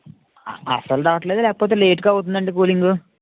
అస్సలు రావట్లేదా లేకపోతే లేట్గా అవుతుందండి కూలింగ్